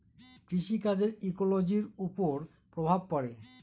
কৃষি কাজের ইকোলোজির ওপর প্রভাব পড়ে